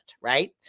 right